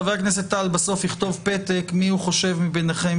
חבר הכנסת טל בסוף יכתוב פתק מי הוא חושב מביניכם